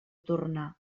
tornar